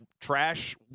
trash